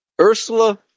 Ursula